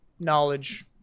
knowledge